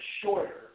shorter